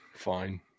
fine